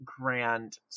grand